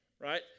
right